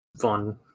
fun